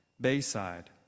Bayside